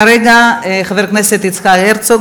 כרגע אין אף אחד שהצביע נגד,